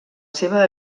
seva